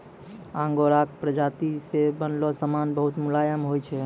आंगोराक प्राजाती से बनलो समान बहुत मुलायम होय छै